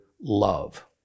Love